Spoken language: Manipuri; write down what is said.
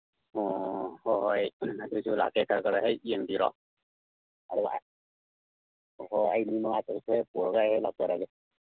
ꯑꯣ ꯍꯣꯏ ꯍꯣꯏ ꯑꯗꯨꯁꯨ ꯂꯥꯛꯀꯦ ꯈꯔ ꯈꯔ ꯍꯦꯛ ꯌꯦꯡꯕꯤꯔꯣ ꯍꯣ ꯑꯩ ꯑꯗꯨꯝ ꯄꯨꯔꯒ ꯑꯩ ꯂꯥꯛꯆꯔꯒꯦ